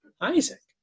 Isaac